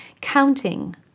counting